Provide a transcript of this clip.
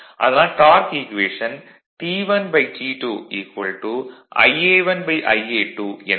அதனால் torque equation T1T2 Ia1Ia2 என வரும்